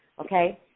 okay